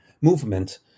movement